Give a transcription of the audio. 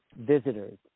visitors